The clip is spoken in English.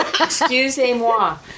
Excusez-moi